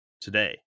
Today